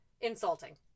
Insulting